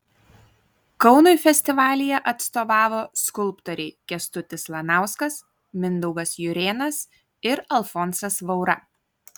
kaunui festivalyje atstovavo skulptoriai kęstutis lanauskas mindaugas jurėnas ir alfonsas vaura